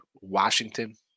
Washington